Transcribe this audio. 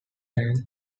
tanks